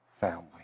family